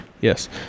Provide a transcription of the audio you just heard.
yes